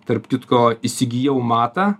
tarp kitko įsigijau matą